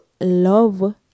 love